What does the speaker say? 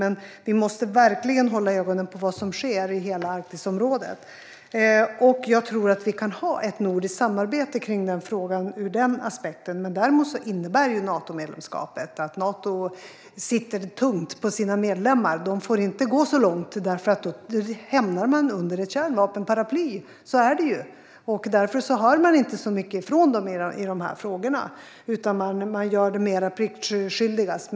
Men vi måste verkligen hålla ögonen på vad som sker i hela Arktisområdet, och jag tror att vi kan ha ett nordiskt samarbete kring den frågan ur den aspekten. Däremot innebär ju Natomedlemskapet att Nato sitter tungt på sina medlemmar. De får inte gå så långt, för då hamnar man under ett kärnvapenparaply. Så är det ju, och därför hör man inte så mycket ifrån dem i dessa frågor, utan de gör det mer pliktskyldigt.